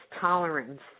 tolerance